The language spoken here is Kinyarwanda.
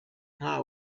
nta